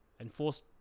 Enforce